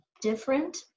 different